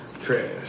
Trash